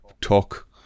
talk